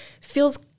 feels